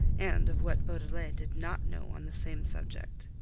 and of what beaudelet did not know on the same subject.